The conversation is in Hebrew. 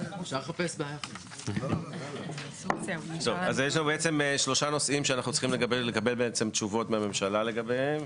אז יש לנו בעצם שלושה נושאים שאנחנו צריכים לקבל תשובות מהממשלה לגביהם.